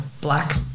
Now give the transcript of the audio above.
black